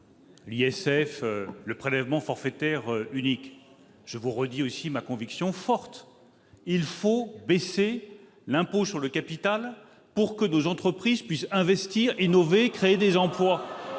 et du prélèvement forfaitaire unique, je réaffirme cette conviction forte : il faut baisser l'impôt sur le capital pour que nos entreprises puissent investir, innover et créer des emplois.